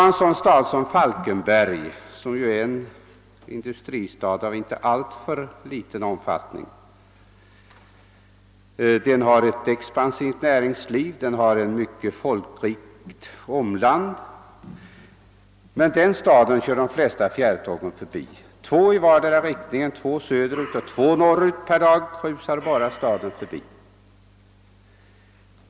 En sådan stad som Falkenberg, som är en industristad av inte alltför liten omfattning med ett expansivt näringsliv och ett mycket folkrikt omland, kör de flesta fjärrtåg förbi. Två tåg per dag i vardera riktningen rusar bara förbi staden.